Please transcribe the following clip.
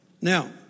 Now